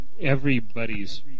everybody's